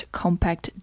compact